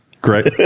Great